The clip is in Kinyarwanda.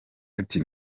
ati